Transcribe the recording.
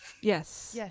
Yes